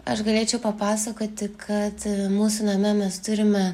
aš galėčiau papasakoti kad mūsų name mes turime